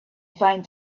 find